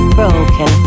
broken